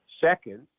Second